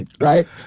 right